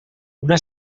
una